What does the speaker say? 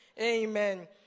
Amen